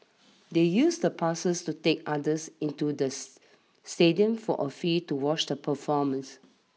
they used the passes to take others into the stadium for a fee to watch the performance